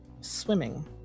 Swimming